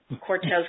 Cortez